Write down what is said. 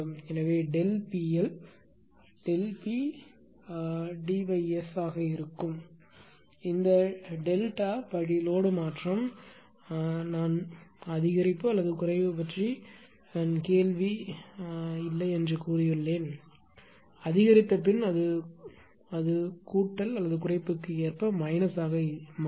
எனவே ΔP L ΔP dS ஆக இருக்கும் இந்த டெல்டா படி லோடு மாற்றம் நான் அதிகரிப்பு அல்லது குறைவு பற்றிய கேள்வி இல்லை என்று கூறியுள்ளேன் அதிகரிப்பின் படி அது கூட்டல் குறைப்புக்கு ஏற்ப மைனஸாக இருக்கும்